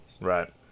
Right